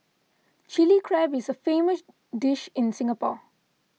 Chilli Crab is a famous dish in Singapore